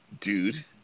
dude